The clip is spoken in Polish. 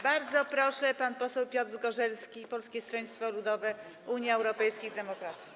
Bardzo proszę, pan poseł Piotr Zgorzelski, Polskie Stronnictwo Ludowe - Unia Europejskich Demokratów.